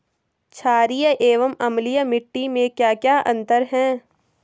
छारीय एवं अम्लीय मिट्टी में क्या क्या अंतर हैं?